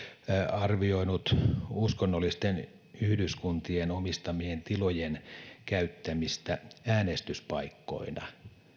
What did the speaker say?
arvioinut uskonnollisten yhdyskuntien omistamien tilojen käyttämistä äänestyspaikkoina